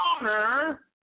honor